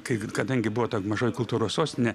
kai kadangi buvo ta mažoji kultūros sostinė